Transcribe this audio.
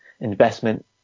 investment